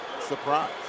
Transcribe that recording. surprise